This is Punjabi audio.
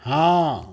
ਹਾਂ